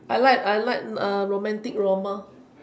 I like I like romantic drama